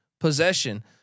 possession